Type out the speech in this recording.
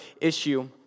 issue